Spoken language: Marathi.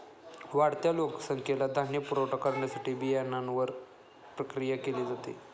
वाढत्या लोकसंख्येला धान्य पुरवठा करण्यासाठी बियाण्यांवर प्रक्रिया केली जाते